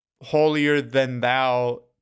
holier-than-thou